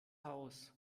haus